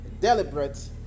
deliberate